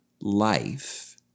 life